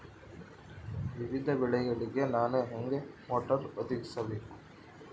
ವಿವಿಧ ಬೆಳೆಗಳಿಗೆ ನಾನು ಹೇಗೆ ಮೋಟಾರ್ ಹೊಂದಿಸಬೇಕು?